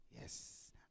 Yes